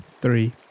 Three